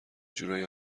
جورایی